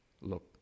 Look